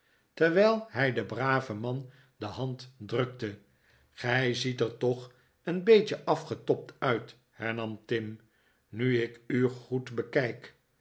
terwijl hij den braven man de hand drukte gij ziet er toch een beetje afgetobd uit hernam tim nu ik u goed bekijk